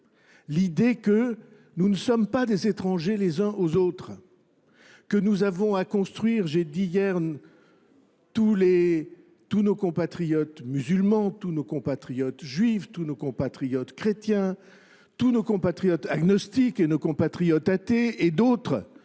l'idée que nous ne sommes pas des étrangers les uns aux autres, que nous avons à construire, j'ai dit hier, tous nos compatriotes musulmans, tous nos compatriotes juifs, tous nos compatriotes chrétiens, tous nos compatriotes agnostiques et nos compatriotes athées et d'autres